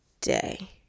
day